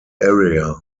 area